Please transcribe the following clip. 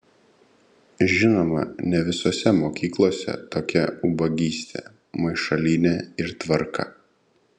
žinoma ne visose mokyklose tokia ubagystė maišalynė ir tvarka